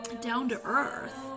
down-to-earth